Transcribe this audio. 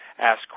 ask